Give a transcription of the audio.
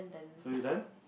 so you done